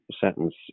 sentence